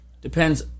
Depends